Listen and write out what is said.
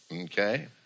okay